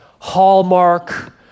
hallmark